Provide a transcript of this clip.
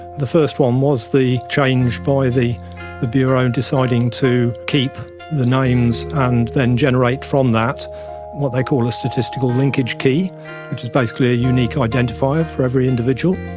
the first one was the change by the the bureau in deciding to keep the names and then generate from that what they call a statistical linkage key which is basically a unique identifier for every individual.